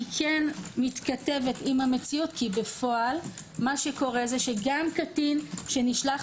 היא כן מתכתבת עם המציאות כי בפועל גם קטין שנשלח